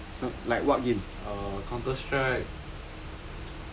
有啦 err counter strike